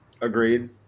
Agreed